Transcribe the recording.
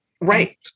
Right